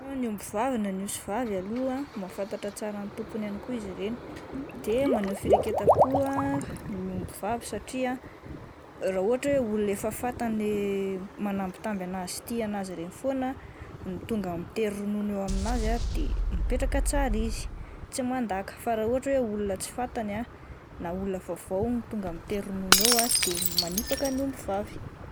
Ny omby vavy na ny osy vavy aloha mahafantatra tsara ny tompony ihany koa izy ireny de maneho fireketam-po ah ny omby vavy satria raha ohatra hoe olona efa fantany, le manambitamby an'azy sy tia an'azy reny foana no tonga mitery ronono eo amin'azy ah de mipetraka tsara izy, tsy mandaka fa raha ohatra hoe olona tsy fantany ah, na olona vaovao no tonga mitery ronono eo ah de manipaka ny omby vavy.